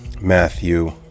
Matthew